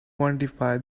quantify